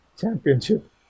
championship